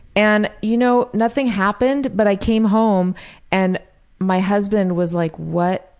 and you know, nothing happened, but i came home and my husband was like what?